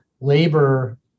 labor